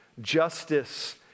Justice